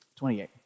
28